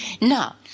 Now